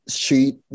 street